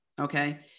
okay